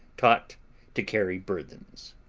taught to carry burthens.